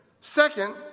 Second